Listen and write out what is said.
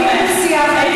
בואי.